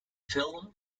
film